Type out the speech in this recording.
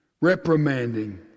reprimanding